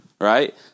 Right